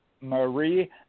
Marie